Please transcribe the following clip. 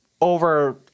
Over